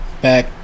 back